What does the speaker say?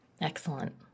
Excellent